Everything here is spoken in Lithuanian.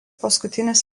paskutinis